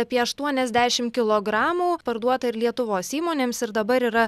apie aštuoniasdešimt kilogramų parduota ir lietuvos įmonėms ir dabar yra